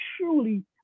truly